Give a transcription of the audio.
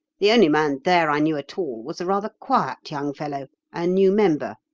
the only man there i knew at all was a rather quiet young fellow, a new member.